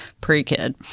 pre-kid